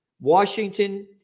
Washington